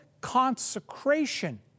consecration